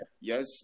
yes